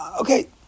Okay